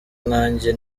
nkanjye